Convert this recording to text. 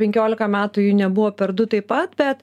penkioliką metų jų nebuvo per du taip pat bet